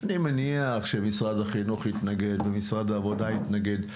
אני מניח שמשרד החינוך יתנגד ומשרד העבודה יתנגד,